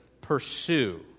pursue